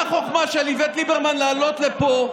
מה החוכמה של איווט ליברמן לעלות לפה,